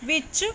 ਵਿੱਚ